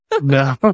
No